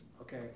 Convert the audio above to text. okay